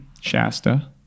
Shasta